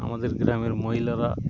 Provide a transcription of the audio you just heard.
আমাদের গ্রামের মহিলারা